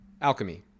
alchemy